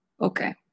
Okay